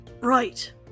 right